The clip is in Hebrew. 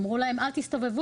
אמרו להם: אל תסתובבו,